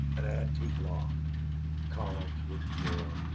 an antique loft columns, wooden floor.